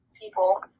people